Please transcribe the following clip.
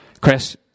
Chris